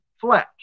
flesh